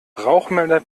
rauchmelder